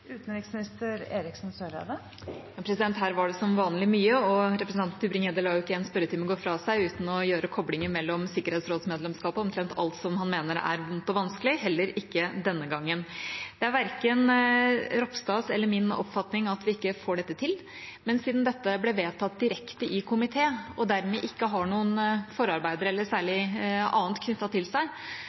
Her var det som vanlig mye, og representanten Tybring-Gjedde lar ikke en spørretime gå fra seg uten å gjøre kobling mellom sikkerhetsrådsmedlemskapet og omtrent alt han mener er vondt og vanskelig, heller ikke denne gangen. Det er verken statsråd Ropstads eller min oppfatning at vi ikke får dette til, men siden dette ble vedtatt direkte i komité og dermed ikke har noen forarbeider eller særlig annet knyttet til seg,